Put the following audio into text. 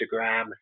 Instagram